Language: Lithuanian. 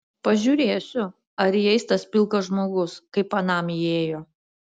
pažiūrėsiu ar įeis tas pilkas žmogus kaip anam įėjo